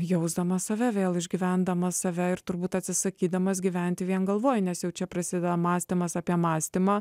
jausdamas save vėl išgyvendamas save ir turbūt atsisakydamas gyventi vien galvoj nes jau čia prasideda mąstymas apie mąstymą